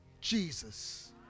Jesus